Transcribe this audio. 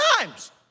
times